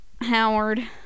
Howard